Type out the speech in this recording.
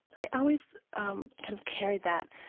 i always um kind of carried that.